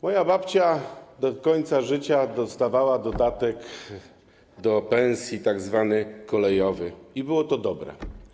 Moja babcia do końca życia dostawała dodatek do pensji, tzw. kolejowy - i było to dobre.